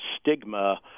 stigma